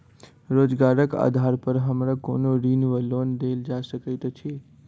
रोजगारक आधार पर हमरा कोनो ऋण वा लोन देल जा सकैत अछि?